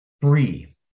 free